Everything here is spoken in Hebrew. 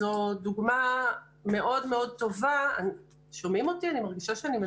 זו דוגמה מאוד טובה לאפשרות של